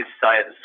Science